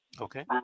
Okay